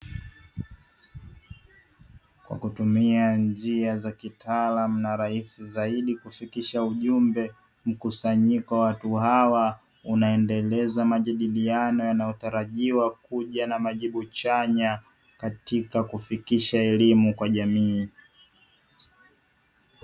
Kwa kutumia njia za kitaalamu na rahisi zaidi kufikisha ujumbe mkusanyiko wa watu hawa unaendeleza majadiliano yanayotarajiwa kuja na majibu chanya katika kufikisha elimu kwa jamii.